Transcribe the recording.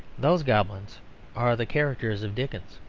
those goblins are the characters of dickens.